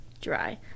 dry